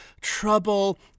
trouble